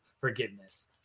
forgiveness